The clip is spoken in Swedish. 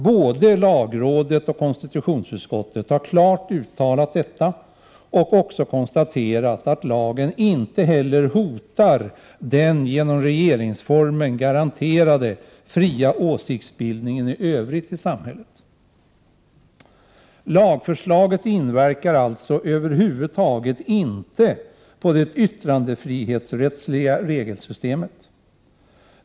Både lagrådet och KU har klart uttalat detta och också konstaterat att lagen inte heller hotar den i övrigt genom regeringsformen garanterade fria åsiktsbildningen i samhället. Lagförslaget inverkar alltså över huvud taget inte på det yttrandefrihetsrättsliga regelsystemet.